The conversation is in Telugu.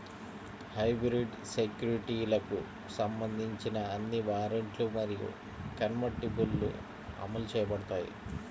హైబ్రిడ్ సెక్యూరిటీలకు సంబంధించిన అన్ని వారెంట్లు మరియు కన్వర్టిబుల్లు అమలు చేయబడతాయి